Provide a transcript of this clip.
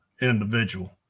individual